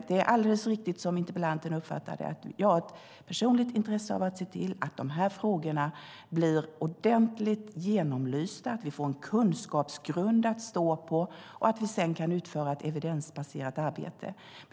Det är alldeles riktigt som interpellanten uppfattar det att jag har ett personligt intresse av att se till att de här frågorna blir ordentligt genomlysta, att vi får en kunskapsgrund att stå på och att vi sedan kan utföra ett evidensbaserat arbete.